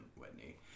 Whitney